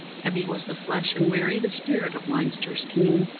heavy was the flesh and weary the spirit of leinster's king.